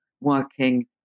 working